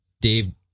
Dave